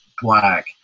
black